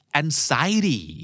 anxiety